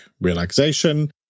relaxation